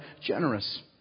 generous